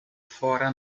fora